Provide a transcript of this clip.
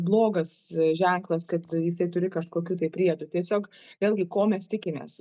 blogas ženklas kad jisai turi kažkokių tai priedų tiesiog vėlgi ko mes tikimės